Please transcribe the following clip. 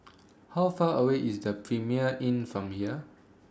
How Far away IS The Premier Inn from here